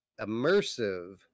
immersive